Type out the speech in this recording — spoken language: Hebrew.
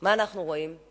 מה אנחנו רואים?